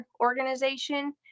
organization